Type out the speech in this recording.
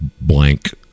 blank